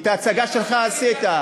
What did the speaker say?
כי את ההצגה שלך עשית.